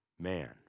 man